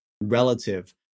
relative